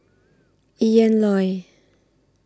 Ian Loy